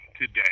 Today